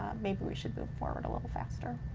maybe we should move forward a little faster.